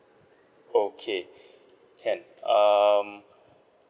okay can um